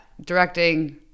directing